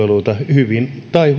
hyvin